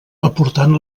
aportant